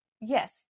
Yes